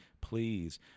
please